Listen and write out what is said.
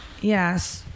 Yes